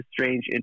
strange